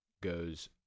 goes